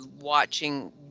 watching